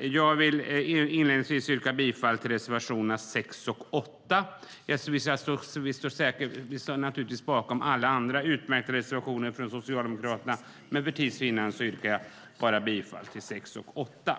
Jag vill inledningsvis yrka bifall till reservationerna 6 och 8. Vi står naturligtvis bakom alla andra utmärkta reservationer från Socialdemokraterna, men för att vinna tid yrkar jag bifall bara till 6 och 8.